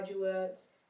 graduates